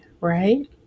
right